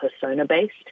persona-based